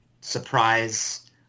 surprise